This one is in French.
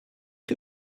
que